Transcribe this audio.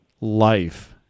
life